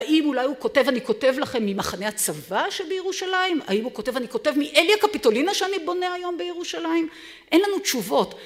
האם אולי הוא כותב, אני כותב לכם ממחנה הצבא שבירושלים? האם הוא כותב, אני כותב מאליה קפיטולינה שאני בונה היום בירושלים? אין לנו תשובות.